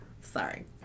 Sorry